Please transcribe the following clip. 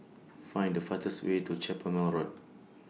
Find The fastest Way to Carpmael Road